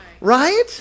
right